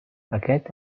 aquest